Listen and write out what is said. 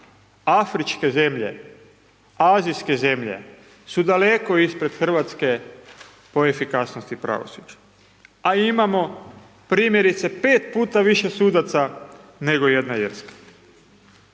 Afričke zemlje, azijske zemlje su daleko ispred Hrvatske po efikasnosti pravosuđa a imamo primjerice 5 puta više sudaca nego jedna Irska.